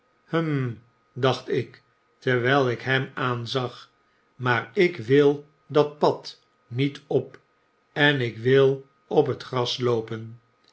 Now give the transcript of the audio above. dacht ik terwijl ik hem aanzag maar ik wil dat pad niet op en ik wil op het gras loopen